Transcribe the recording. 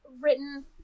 written